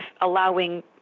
allowing